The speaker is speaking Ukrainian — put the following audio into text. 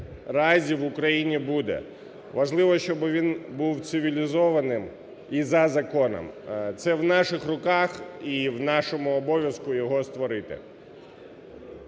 разі в Україні буде. Важливо, щоб він був цивілізованим і за законом, це в наших руках і в нашому обов'язку його створити.